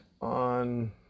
on